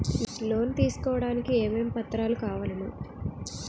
Loan తీసుకోడానికి ఏమేం పత్రాలు కావలెను?